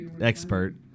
expert